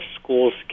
schools